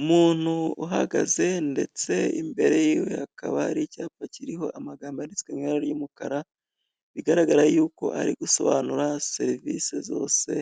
Umuntu uhagaze ndetse imbere yiwe hakaba hari icyapa kiriho amagambo yanditswe mu ibara ry'umukara, bigaragara y'uko ari gusobanura serivisi zose